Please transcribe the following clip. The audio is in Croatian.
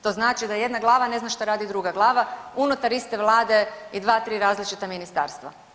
To znači da jedna glava ne zna šta radi druga glava unutar iste vlade i 2, 3 različita ministarstva.